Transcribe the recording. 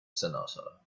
sonata